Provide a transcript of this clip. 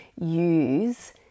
use